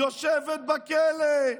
היא יושבת בכלא,